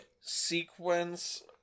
sequence